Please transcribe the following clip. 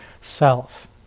self